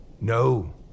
No